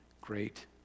great